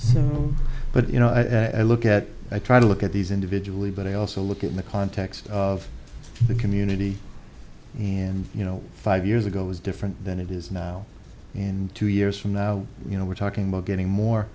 so but you know i look at i try to look at these individual but i also look at the context of the community and you know five years ago was different than it is now and two years from now you know we're talking about getting more